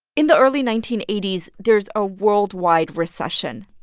in the early nineteen eighty s, there's a worldwide recession.